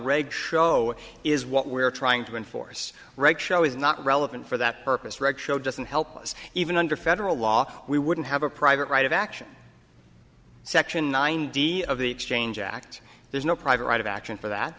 reg show is what we're trying to enforce reg show is not relevant for that purpose reg show doesn't help us even under federal law we wouldn't have a private right of action section nine d of the exchange act there's no private right of action for that